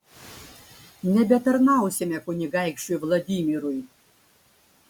nebetarnausime kunigaikščiui vladimirui